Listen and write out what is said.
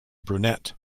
brunette